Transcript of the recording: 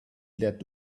let